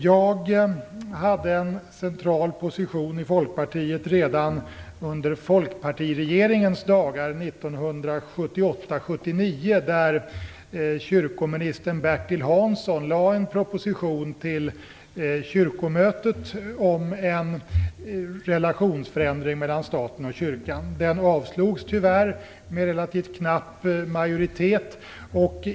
Jag hade en central position i Folkpartiet redan under Folkpartiregeringens dagar 1978-1979 då kyrkominister Bertil Hansson lade fram en proposition till kyrkomötet om en relationsförändring mellan staten och kyrkan. Propositionen avslogs tyvärr med relativt knapp majoritet.